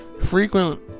Frequent